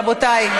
רבותי,